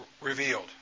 Revealed